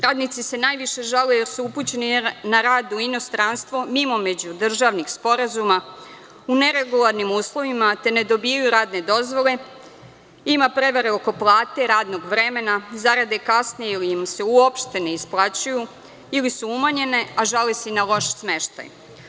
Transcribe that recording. Radnici se najviše žale da su upućeni na rad u inostranstvo mimo međudržavnih sporazuma, u neregularnim uslovima, te ne dobijaju radne dozvole, ima prevara oko plate, radnog vremena, zarade kasne ili im se uopšte ne isplaćuju, ili su umanjene, a žale se i na loš smeštaj.